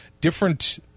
different